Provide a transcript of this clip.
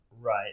Right